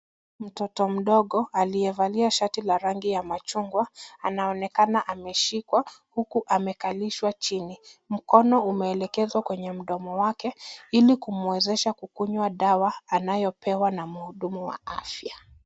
Mtoto mdogo, aliyevalia shati la rangi ya machungwa, anaonekana ameshikwa huku amekalishwa chini. Mkono umeelekezwa kwenye mdomo wake, ili kumuwezesha kukunywa dawa anayopewa na mhudumu wa afya.